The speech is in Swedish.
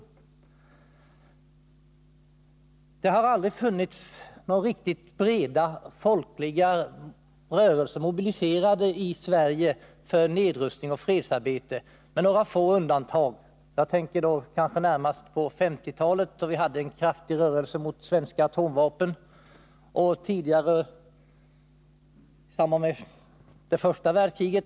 Det har i Sverige aldrig funnits några riktigt breda folkliga rörelser mobiliserade för nedrustning och fredsarbete, med några få undantag. Jag tänker då närmast på 1950-talet, då vi hade en kraftig rörelse mot svenska atomvapen, och tidigare, i samband med det första världskriget.